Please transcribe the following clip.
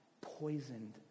poisoned